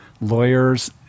lawyers